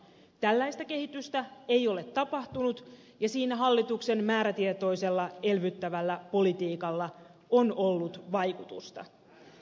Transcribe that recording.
tällaista kehitystä ei ole tapahtunut ja siinä hallituksen määrätietoisella elvyttävällä politiikalla on ollut vaikutusta